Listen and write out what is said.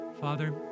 Father